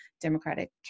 Democratic